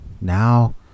Now